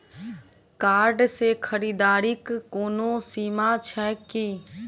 Card सँ खरीददारीक कोनो सीमा छैक की?